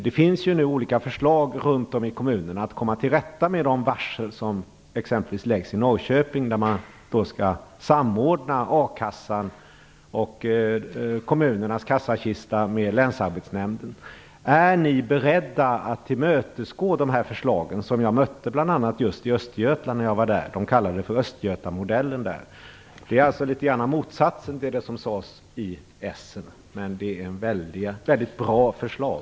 Det finns nu olika förslag ute i kommunerna om att komma till rätta med de varsel som läggs i exempelvis Norrköping, där man skall samordna akassan och kommunernas kassakista med Länsarbetsnämnden. Är ni beredda att tillmötesgå de här förslagen som jag mötte bl.a. just i Östergötland när jag var där? Där kallar de det för "östgötamodellen". Det är litet grand av motsatsen till vad som sades i Essen, men det är ett väldigt bra förslag.